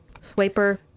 Swiper